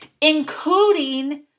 including